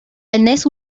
الناس